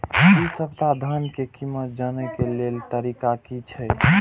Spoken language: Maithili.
इ सप्ताह धान के कीमत जाने के लेल तरीका की छे?